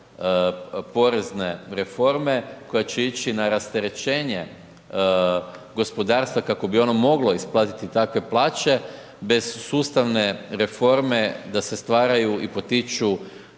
porezne reforme koja će ići na rasterećenje gospodarstva kako bi ono moglo isplatiti takve plaće bez sustavne reforme da se stvaraju i potiču